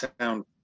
sound